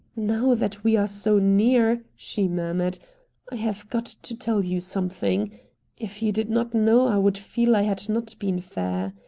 now that we are so near, she murmured, i have got to tell you something if you did not know i would feel i had not been fair.